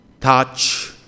touch